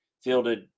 fielded